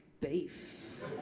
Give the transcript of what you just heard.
Beef